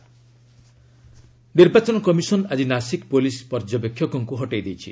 ECI Nashik officers ନିର୍ବାଚନ commission ଆଜି Nashik police ପର୍ଯ୍ୟବେକ୍ଷଙ୍କୁ ହଟାଇ ଦେଇଛି